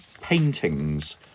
paintings